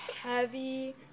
heavy